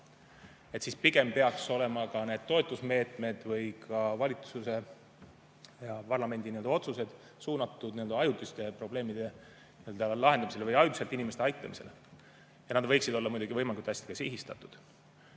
siis peaks olema ka need toetusmeetmed või ka valitsuse ja parlamendi otsused suunatud pigem ajutiste probleemide lahendamisele või ajutiselt inimeste aitamisele. Nad võiksid olla muidugi võimalikult hästi sihistatud.